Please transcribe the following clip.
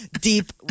deep